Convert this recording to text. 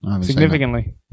Significantly